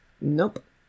Nope